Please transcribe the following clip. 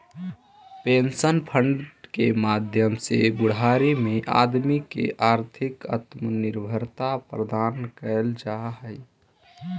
pension fund के माध्यम से बुढ़ारी में आदमी के आर्थिक आत्मनिर्भरता प्रदान कैल जा हई